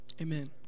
Amen